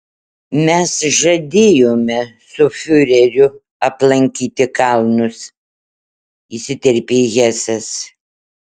mes žadėjome su fiureriu aplankyti kalnus įsiterpė hesas